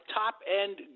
top-end